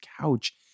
couch